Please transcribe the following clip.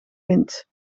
vindt